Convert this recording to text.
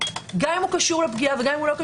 גם אם הוא קשור לפגיעה או לא,